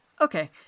okay